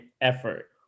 effort